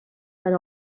per